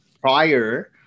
prior